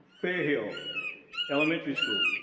fairhill elementary school.